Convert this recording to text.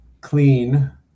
clean